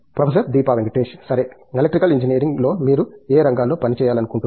professor Deepa Venkatesh సరే electrical ఇంజనీరింగ్లో మీరు ఏ రంగాలో పనిచేయాలనుకుంటున్నారు